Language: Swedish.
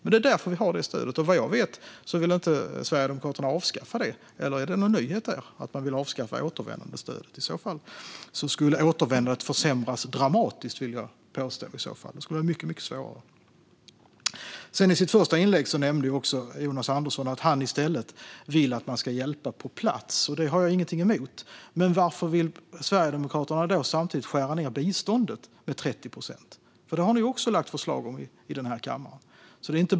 Det är därför vi har detta stöd, och vad jag vet vill inte Sverigedemokraterna avskaffa det. Eller är det en nyhet? Vill man avskaffa återvändandestödet? I så fall skulle återvändandet försämras dramatiskt, vill jag påstå - det skulle vara mycket svårare. I sitt första inlägg nämnde Jonas Andersson att han i stället vill att man ska hjälpa på plats. Detta har jag ingenting emot, men varför vill Sverigedemokraterna då samtidigt skära ned biståndet med 30 procent? Det har ni ju också lagt förslag om i den här kammaren.